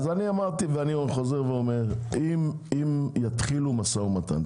אני אמרתי ואני חוזר ואומר שאם יתחילו משא ומתן,